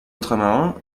ultramarins